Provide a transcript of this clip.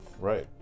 Right